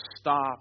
stop